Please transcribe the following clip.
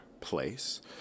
place